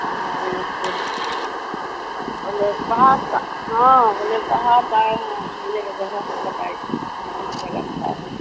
हाँ नमस्ते जी बोल रहे बाहर का हाँ बोले बाहर से आए हैं घूमने का जगह सब बताइए कौन सा जगह अच्छा है